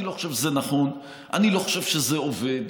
אני לא חושב שזה נכון, אני לא חושב שזה עובד.